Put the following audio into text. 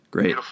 Great